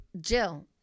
Jill